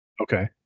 Okay